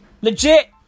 Legit